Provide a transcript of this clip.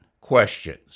questions